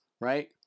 right